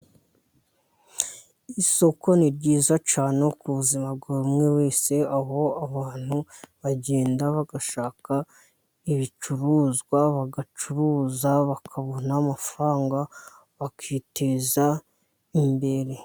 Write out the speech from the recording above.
Isoko ni ryiza cyane ku buzima bwa buri umwe wese, aho abantu bagenda bagashaka ibicuruzwa bagacuruza bakabona amafaranga bakiteza imbere.